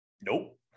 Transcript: Nope